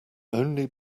only